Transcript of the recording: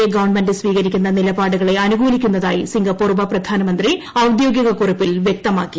A government സ്വീകരിക്കുന്ന നിലപാടുകളെ അനുകൂലിക്കുന്നതായി സിംഗപ്പൂർ ഉപപ്രധാനമന്ത്രി ഔദ്യോഗിക കുരിപ്പിൽ വ്യക്തമാക്കി